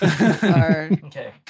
Okay